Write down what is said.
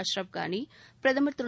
அஷ்ரப் கனி பிரதமர் திரு